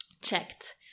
checked